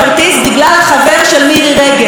עכשיו,